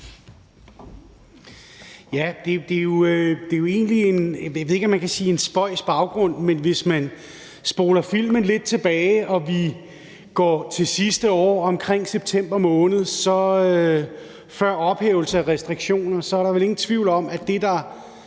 ikke, om man kan sige spøjs – baggrund, men hvis man spoler filmen lidt tilbage og går til sidste år omkring september måned, så var der før ophævelsen af restriktionerne vel ingen tvivl om, at det, der